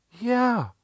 Yeah